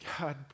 God